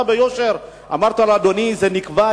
אתה ביושר אמרת לאדוני: זה נקבע,